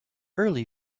early